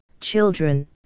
children